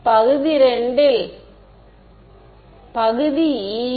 மாணவர் J